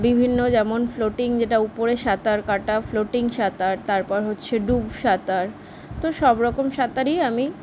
বিভিন্ন যেমন ফ্লোটিং যেটা উপরে সাঁতার কাটা ফ্লোটিং সাঁতার তারপর হচ্ছে ডুব সাঁতার তো সব রকম সাঁতারই আমি